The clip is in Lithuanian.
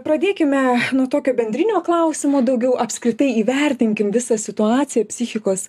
pradėkime nuo tokio bendrinio klausimo daugiau apskritai įvertinkim visą situaciją psichikos